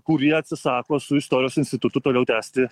kurie atsisako su istorijos institutu toliau tęsti